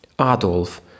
Adolf